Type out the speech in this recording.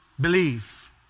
believe